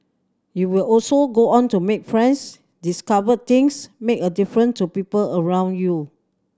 you will also go on to make friends discover things make a different to people around you